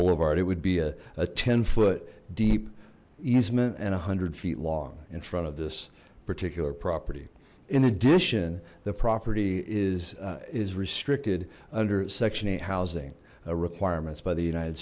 boulevard it would be a ten foot deep easement and a hundred feet long in front of this particular property in addition the property is is restricted under section eight housing requirements by the united